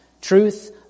truth